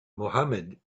mohammed